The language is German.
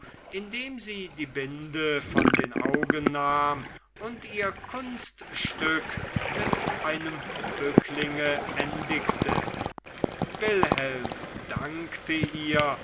indem sie die binde von den augen nahm und ihr kunststück mit einem bücklinge endigte wilhelm dankte ihr